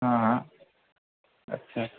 ہاں ہاں اچھا